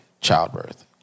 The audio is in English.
childbirth